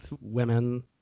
women